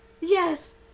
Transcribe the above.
yes